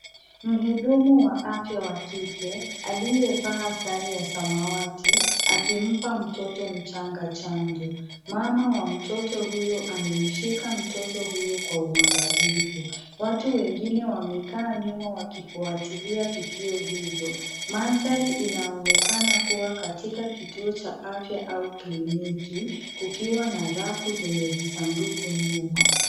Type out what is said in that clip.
Mhudumu wa afya wa kike, aliyevaa sare ya samawati, akimpa mtoto mchanga chanjo. Mama wa mtoto huyo amemshika mtoto kwa uangalifu. Watu wengine wamekaa nyuma wakifuatilia tukio hilo. Mandhari inaonekana kuwa katika kituo cha afya au kliniki, kukuwa na rafu zenye visanduku nyuma.